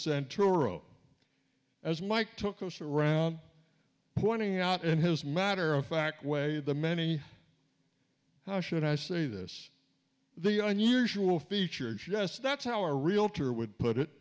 centuri as mike took us around pointing out in his matter of fact way the many how should i say this the on usual features yes that's how a realtor would put it